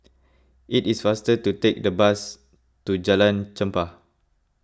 it is faster to take the bus to Jalan Chempah